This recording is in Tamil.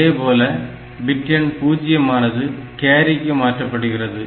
அதேபோல பிட் எண் பூஜ்ஜியமானது கேரிக்கு மாற்றப்படுகிறது